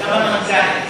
כמה מנכ"לים?